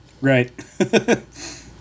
Right